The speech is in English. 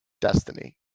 destiny